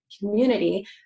community